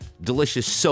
delicious